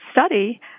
study